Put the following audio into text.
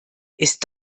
ist